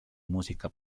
música